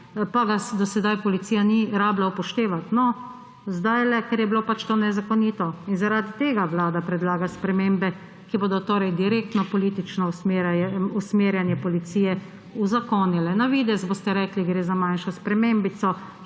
pa ga do sedaj policija ni rabila upoštevati, ker je bilo to nezakonito. In zaradi tega vlada predlaga spremembe, ki bodo direktno politično usmerjanje policije uzakonile. Na videz boste rekli, gre za manjšo spremembico,